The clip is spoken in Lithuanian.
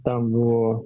tam buvo